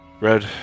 Red